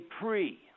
pre